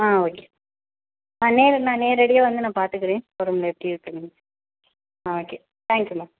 ஆ okay ஆ நேரு நான் நேரடியாக வந்து நான் பார்த்துக்கறேன் ஸ்டோர் ரூமில் எப்படி இருக்குன்னு ஆ ஓகே தேங்க் யூ மேம்